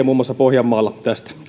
muun muassa meillä pohjanmaalla on tästä